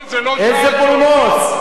איזה בולמוס?